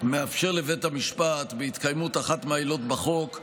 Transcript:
מאפשר לבית המשפט, בהתקיימות אחת מהעילות בחוק,